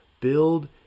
Build